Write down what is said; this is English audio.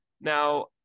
Now